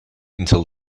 until